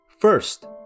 first